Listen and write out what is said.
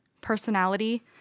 personality